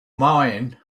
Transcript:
mine